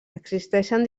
existeixen